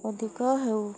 ଅଧିକ ହେଉ